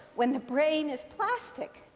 when the brain is plastic,